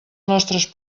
nostres